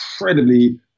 incredibly